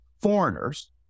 foreigners